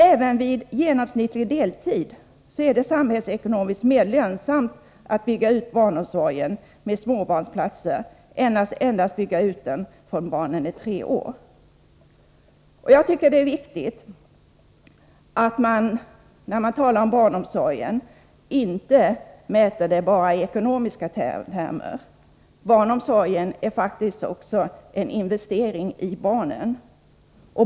Även vid genomsnittlig deltid är det samhällsekonomiskt mer lönsamt att bygga ut barnomsorgen med småbarnsplatser än att endast bygga ut den för barn från 3 år. När man talar om barnomsorgen är det viktigt att man inte mäter den bara i ekonomiska termer — barnomsorg är faktiskt också en investering i barnen.